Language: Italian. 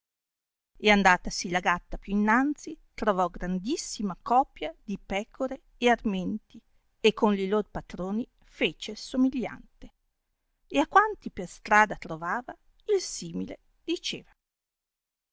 molestati e andatasi la gatta più innanzi trovò grandissima copia di pecore e armenti e con li lor patroni fece il somigliante e a quanti per strada trovava il simile diceva